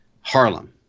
Harlem